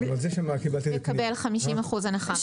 מקבל 50% הנחה.